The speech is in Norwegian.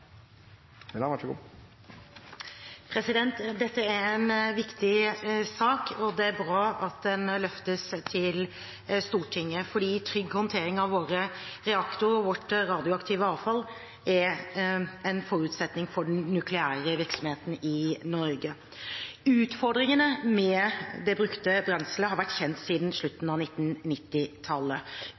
en viktig sak, og det er bra at den løftes i Stortinget. For trygg håndtering av våre reaktorer og vårt radioaktive avfall er en forutsetning for den nukleære virksomheten i Norge. Utfordringene med det brukte brenselet har vært kjent siden slutten av